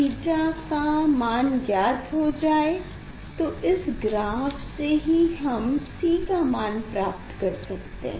theta का मान ज्ञात हो जाए तो इस ग्राफ़ से ही हम C का मान प्राप्त कर सकते हैं